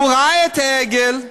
הוא ראה את העגל,